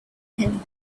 him